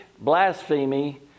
blasphemy